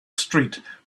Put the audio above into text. street